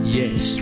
yes